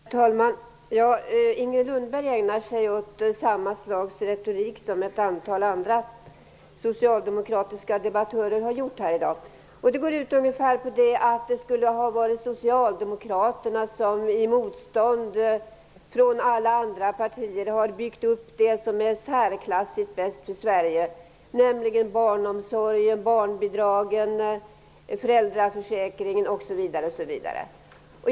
Herr talman! Inger Lundberg ägnar sig åt samma slags retorik som ett antal andra socialdemokratiska debattörer har gjort här i dag. Den går ungefär ut på att det skulle ha varit Socialdemokraterna som, med motstånd från alla andra partier, har byggt upp det som är särklassigt bäst för Sverige, nämligen barnomsorgen, barnbidragen, föräldraförsäkringen osv.